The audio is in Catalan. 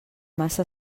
massa